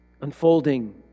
unfolding